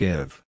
Give